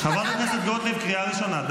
חברת הכנסת גוטליב, קריאה ראשונה.